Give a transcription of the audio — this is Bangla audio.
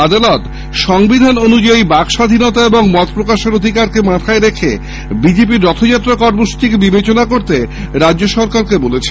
আদালত সংবিধান অনুযায়ী বাক স্বাধীনতা ও মত প্রকাশের অধিকারকে মাথায় রেখে বিজেপি র সংশোধিত রখযাত্রা কর্মসূচী বিবেচনা করতে রাজ্য সরকারকে বলেছে